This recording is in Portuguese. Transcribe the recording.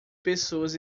pessoas